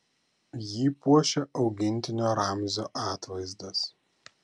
jį puošia augintinio ramzio atvaizdas